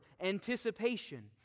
anticipation